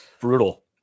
Brutal